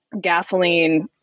gasoline